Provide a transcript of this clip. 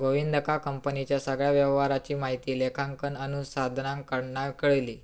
गोविंदका कंपनीच्या सगळ्या व्यवहाराची माहिती लेखांकन अनुसंधानाकडना कळली